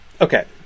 Okay